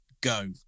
go